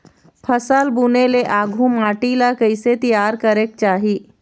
फसल बुने ले आघु माटी ला कइसे तियार करेक चाही?